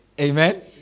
Amen